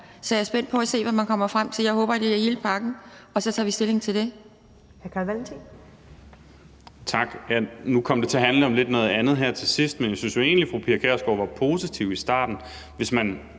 Så jeg er spændt på at se, hvad man kommer frem til. Jeg håber, at det er hele pakken, og så tager vi stilling til det.